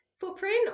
footprint